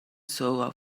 soul